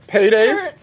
Paydays